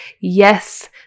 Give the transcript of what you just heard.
Yes